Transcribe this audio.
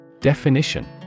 Definition